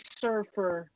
surfer